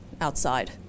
outside